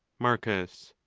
marcus.